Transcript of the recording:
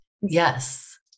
Yes